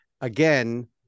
again